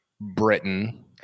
Britain –